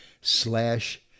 slash